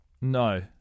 No